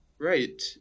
Right